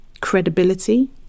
credibility